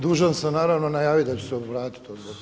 Dužan sam naravno najaviti da ću se obratiti odboru.